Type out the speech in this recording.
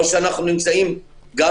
או אנחנו נמצאים גם